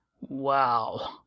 Wow